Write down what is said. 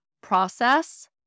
process